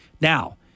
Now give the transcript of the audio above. Now